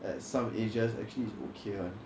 at some agents actually is okay [one]